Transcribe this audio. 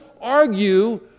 argue